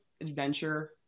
adventure